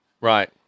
Right